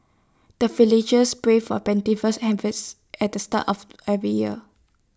the villagers pray for plentiful harvest at the start of every year